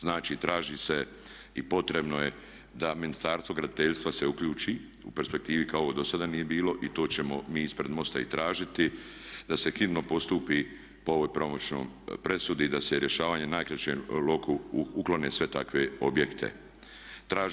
Znači traži se i potrebno je da Ministarstvo graditeljstva se uključi u perspektivi kao do sada nije bilo i to ćemo mi ispred MOST-a i tražiti da se hitno postupi po ovoj pravomoćnoj presudi i da se rješavanjem u najkraćem roku uklone svi takvi objekti.